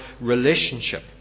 relationship